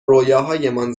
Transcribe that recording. رویاهایمان